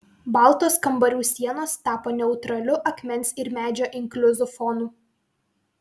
baltos kambarių sienos tapo neutraliu akmens ir medžio inkliuzų fonu